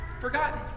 Forgotten